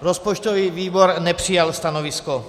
Rozpočtový výbor nepřijal stanovisko.